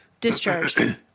discharged